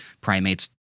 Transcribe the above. primates